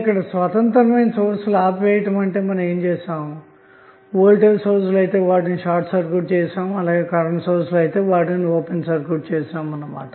ఇక్కడ స్వతంత్రమైన సోర్స్ లు ఆపివేయటమంటే వోల్టేజ్ సోర్స్ ను షార్ట్ సర్క్యూట్ చేయుట మరియు కరెంటు సోర్స్ ను ఓపెన్ సర్క్యూట్ చేయటమన్నమాట